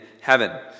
heaven